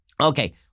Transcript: Okay